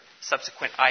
subsequent